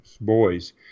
boys